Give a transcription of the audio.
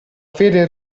fede